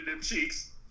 cheeks